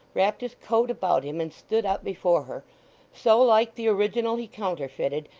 wrapped his coat about him, and stood up before her so like the original he counterfeited,